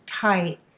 tight